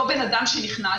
אותו בן אדם שנכנס,